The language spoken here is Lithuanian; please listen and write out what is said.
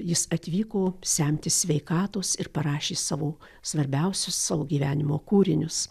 jis atvyko semtis sveikatos ir parašė savo svarbiausius savo gyvenimo kūrinius